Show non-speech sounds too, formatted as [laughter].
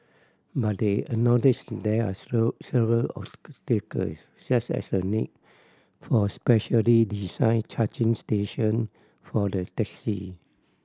but they acknowledged there are [unintelligible] several [unintelligible] such as the need for specially designed charging station for the taxi